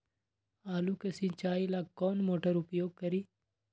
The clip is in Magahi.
आलू के सिंचाई ला कौन मोटर उपयोग करी?